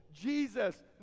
Jesus